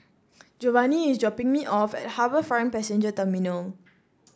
Jovani is dropping me off at HarbourFront Passenger Terminal